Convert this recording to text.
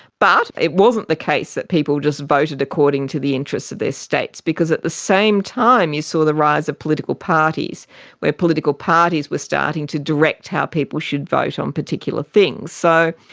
but it wasn't the case that people just voted according to the interests of their states, because at the same time you saw the rise of political parties where political parties were starting to direct how people should vote on particular things. so,